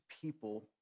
people